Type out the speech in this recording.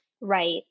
Right